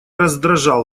раздражал